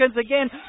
again